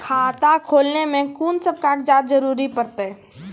खाता खोलै मे कून सब कागजात जरूरत परतै?